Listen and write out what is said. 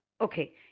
okay